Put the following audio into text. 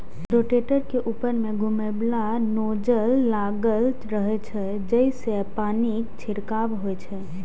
rotator के ऊपर मे घुमैबला नोजल लागल रहै छै, जइसे पानिक छिड़काव होइ छै